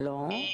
לא.